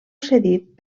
cedit